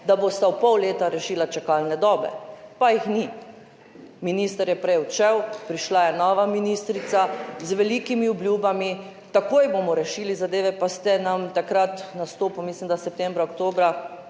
da bosta v pol leta rešila čakalne dobe, pa jih niste. Minister je prej odšel, prišla je nova ministrica, z velikimi obljubami, takoj bomo rešili zadeve, pa ste nam takrat v nastopu, mislim, da septembra, oktobra